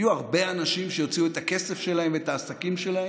יהיו הרבה אנשים שיוציאו את הכסף שלהם ואת העסקים שלהם,